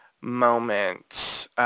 moments